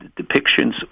depictions